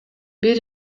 бир